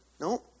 No